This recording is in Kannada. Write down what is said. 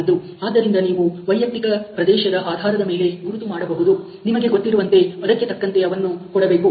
ಆದ್ದರಿಂದ ನೀವು ವೈಯಕ್ತಿಕ ಪ್ರದೇಶದ ಆಧಾರದ ಮೇಲೆ ಗುರುತು ಮಾಡಬಹುದು ನಿಮಗೆ ಗೊತ್ತಿರುವಂತೆ ಅದಕ್ಕೆ ತಕ್ಕಂತೆ ಅವನ್ನು ಕೊಡಬೇಕು